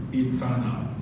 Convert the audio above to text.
eternal